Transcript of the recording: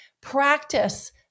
practice